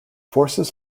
forces